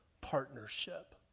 Partnership